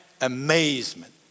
amazement